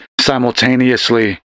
simultaneously